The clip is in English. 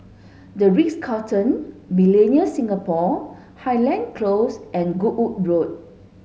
The Ritz Carlton Millenia Singapore Highland Close and Goodwood Road